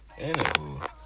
Anywho